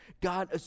God